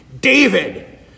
David